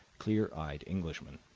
clear-eyed englishman.